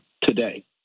today